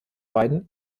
beiden